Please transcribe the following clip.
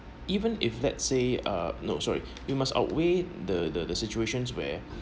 even if let's say uh no sorry you must aware the the situations where